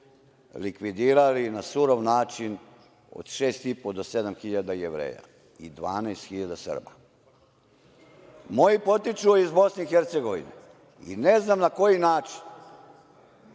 likvidirali na surov način od 6.500 do 7.000 Jevreja i 12.000 Srba. Moji potiču iz Bosne i Hercegovine i ne znam na koji način